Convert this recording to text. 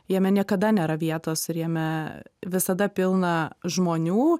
jame niekada nėra vietos ir jame visada pilna žmonių